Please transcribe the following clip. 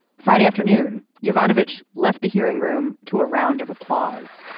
friday afternoon jovanovic left the hearing room to a round of applause